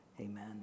amen